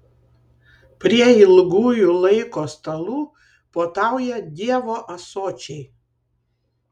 prie ilgųjų laiko stalų puotauja dievo ąsočiai